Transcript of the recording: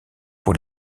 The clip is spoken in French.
pour